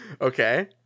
Okay